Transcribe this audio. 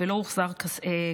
לשווא, ולא הוחזר כספו.